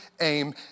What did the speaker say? aim